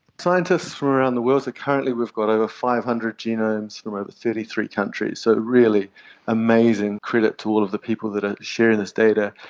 scientists from around the world, so currently we've got over five hundred genomes from over thirty three countries, so a really amazing credit to all of the people that are sharing this data,